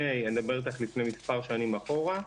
אני מדבר איתך לפני מספר שנים אחורה.